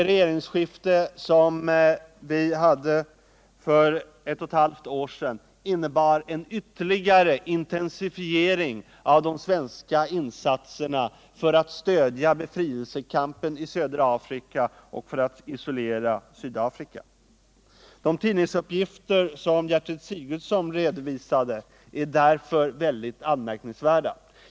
Regeringsskiftet för ett och ett halvt år sedan innebar en ytterligare intensifiering av de svenska insatserna för att stödja befrielsekampen i södra Afrika och för att isolera Sydafrika. De tidningsuppgifter som Gertrud Sigurdsen redovisade är därför mycket anmärkningsvärda.